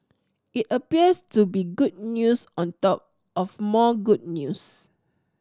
it appears to be good news on top of more good news